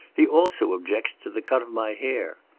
he also objects to the cut of my hair.